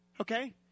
Okay